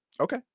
Okay